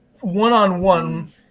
one-on-one